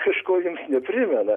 kažko jums neprimena